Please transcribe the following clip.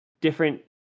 different